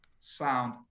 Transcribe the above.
sound